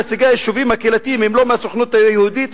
נציגי היישובים הקהילתיים הם לא מהסוכנות היהודית?